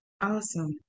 Awesome